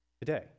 today